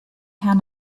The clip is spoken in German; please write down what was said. herrn